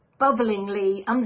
bubblingly